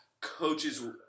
Coaches